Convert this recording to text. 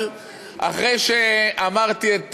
אבל אחרי שאמרתי את